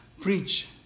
Preach